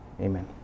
amen